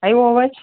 આવ્યો અવાજ